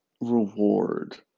reward